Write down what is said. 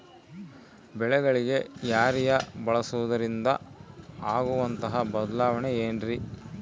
ಬೆಳೆಗಳಿಗೆ ಯೂರಿಯಾ ಬಳಸುವುದರಿಂದ ಆಗುವಂತಹ ಬದಲಾವಣೆ ಏನ್ರಿ?